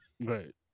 Right